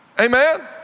amen